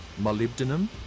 molybdenum